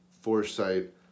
foresight